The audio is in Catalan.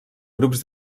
grups